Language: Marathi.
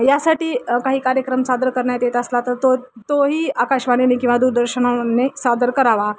यासाठी काही कार्यक्रम सादर करण्यात येत असला तर तो तोही आकाशवाणीने किंवा दूरदर्शनने सादर करावा